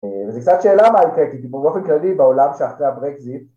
וזו קצת שאלה מה יקרה, כי באופן כללי בעולם שאחרי הברקזיט